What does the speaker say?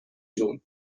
جون